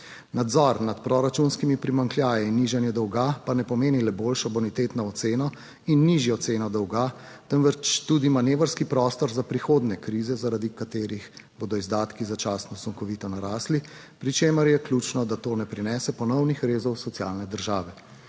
Nadzor nad proračunskimi primanjkljaji in nižanje dolga pa ne pomeni le boljšo bonitetno oceno in nižjo ceno dolga, temveč tudi manevrski prostor za prihodnje krize, zaradi katerih bodo izdatki začasno sunkovito narasli, pri čemer je ključno, da to ne prinese ponovnih rezov socialne države.